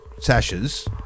sashes